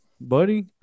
buddy